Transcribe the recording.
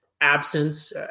absence